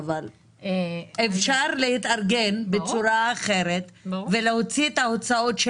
אפשר להתארגן בצורה אחרת ולהוציא את ההוצאות של